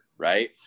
Right